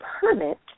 permit